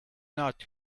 nut